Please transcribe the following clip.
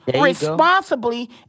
responsibly